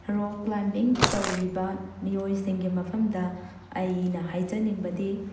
rock climbing ꯇꯧꯔꯤꯕ ꯃꯤꯑꯣꯏꯁꯤꯡꯒꯤ ꯃꯐꯝꯗ ꯑꯩꯅ ꯍꯥꯏꯖꯅꯤꯡꯕꯗꯤ